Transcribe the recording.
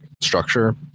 structure